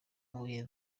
with